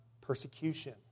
persecution